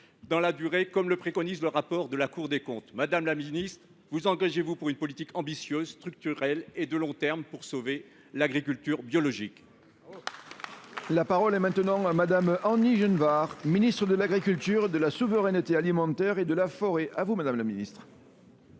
dans la durée, comme le préconise le rapport de la Cour des comptes. Madame la ministre, vous engagez vous pour une politique ambitieuse, structurelle et de long terme pour sauver l’agriculture biologique ? La parole est à Mme la ministre de l’agriculture, de la souveraineté alimentaire et de la forêt. Monsieur le sénateur